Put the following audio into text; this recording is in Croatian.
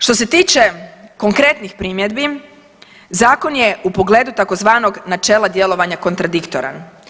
Što se tiče konkretnih primjedbi, zakon je u pogledu takozvanog načela djelovanja kontradiktoran.